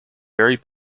very